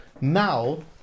now